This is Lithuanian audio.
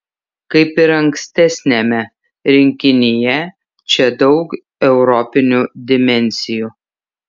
kaip ir ankstesniame rinkinyje čia daug europinių dimensijų